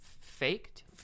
faked